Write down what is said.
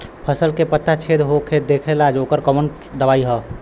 फसल के पत्ता छेद जो देवेला ओकर कवन दवाई ह?